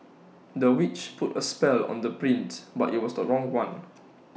the witch put A spell on the prince but IT was the wrong one